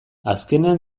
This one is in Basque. azkenean